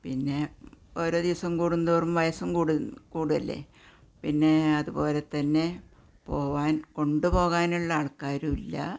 പിന്നെ ഓരോ ദിവസം കൂടുന്തോറും വയസ്സും കൂടുകയല്ലേ പിന്നെ അതുപോലെതന്നെ പോവാൻ കൊണ്ടുപോകാനുള്ള ആൾക്കാരും ഇല്ല